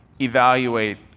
evaluate